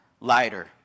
lighter